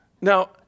now